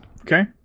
Okay